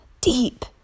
deep